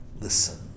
listen